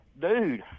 Dude